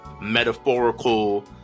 metaphorical